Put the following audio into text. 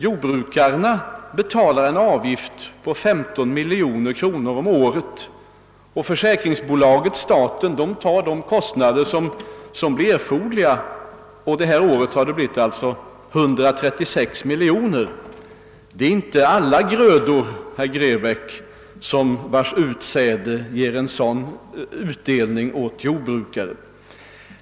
Jordbrukarna betalar en avgift på 15 miljoner kronor om året, och försäkringsbolaget staten står för de kostnader som blir erforderliga. I år har det alltså blivit 136 miljoner kronor. Det är inte alla grödor, herr Grebäck, vilkas utsäde ger en sådan utdelning åt jordbrukaren.